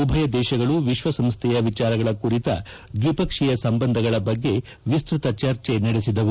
ಉಭಯ ದೇಶಗಳು ವಿಶ್ವಸಂಸ್ಥೆಯ ವಿಚಾರಗಳ ಕುರಿತ ದ್ವಿಪಕ್ಷೀಯ ಸಂಬಂಧಗಳ ಬಗ್ಗೆ ವಿಸ್ತೃತ ಚರ್ಚೆ ನಡೆಸಿದವು